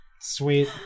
Sweet